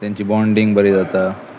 तांची बाँडींग बरी जाता